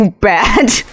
bad